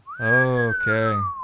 Okay